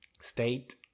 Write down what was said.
state